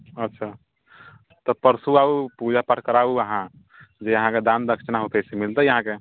अच्छा तऽ परसू आउ पूजा पाठ कराउ अहाँ जे अहाँके दान दक्षिणा होतै से मिलतै अहाँके